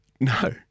No